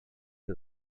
for